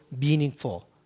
meaningful